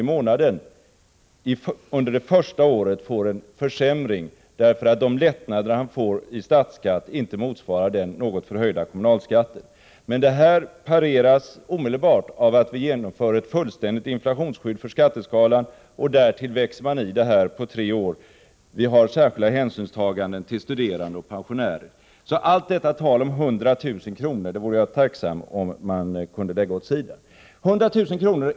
i månaden får en försämring under det första året, därför att de lättnader han får i statsskatt inte motsvarar den något förhöjda kommunalskatten. Men detta pareras omedelbart av att vi genomför ett fullständigt inflationsskydd för skatteskalan, och därtill växer man i systemet på tre år. Vi gör också särskilda hänsynstaganden till studerande och pensionärer. Så allt detta tal om 100 000 kr. vore jag tacksam om man kunde lägga åt sidan. Beloppet 100 000 kr.